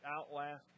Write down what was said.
outlast